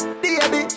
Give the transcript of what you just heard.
baby